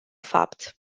fapt